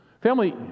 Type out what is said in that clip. Family